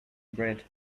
bread